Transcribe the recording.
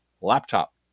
laptop